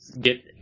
get